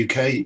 UK